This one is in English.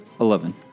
Eleven